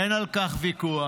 אין על כך ויכוח.